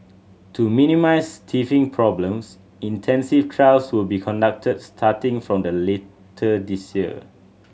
to minimise teething problems intensive trials will be conducted starting from the later this year